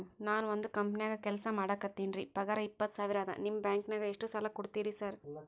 ನಾನ ಒಂದ್ ಕಂಪನ್ಯಾಗ ಕೆಲ್ಸ ಮಾಡಾಕತೇನಿರಿ ಪಗಾರ ಇಪ್ಪತ್ತ ಸಾವಿರ ಅದಾ ನಿಮ್ಮ ಬ್ಯಾಂಕಿನಾಗ ಎಷ್ಟ ಸಾಲ ಕೊಡ್ತೇರಿ ಸಾರ್?